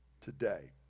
today